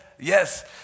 Yes